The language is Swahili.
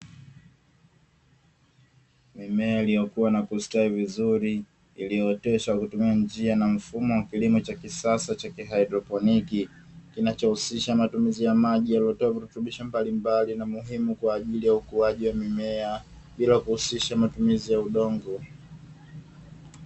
Mimea iliyokua na kustawi vizuri, iliyooteshwa kwa kutumia njia na mfumo wa kilimo cha kisasa cha haidroponi, kinachihusisha matumizi ya maji yaliyotiwa virutubisho mbalimbali, na muhimu kwa ajili ya ukuaji wa mimea, bila kuhusisha matumizi ya udongo.